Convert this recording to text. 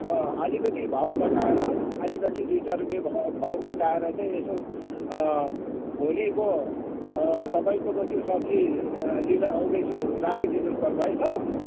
अँ अलिकति भाउ घटाएर अलिकति दुई चार रुपियाँ घ भाउ घटाएर चाहिँ यसो भोलि म तपाईँकोमा त्यो सब्जी लिन आउँदैछु राखिदिनुपर्छ है ल